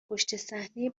پشتصحنهی